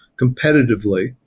competitively